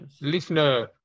listener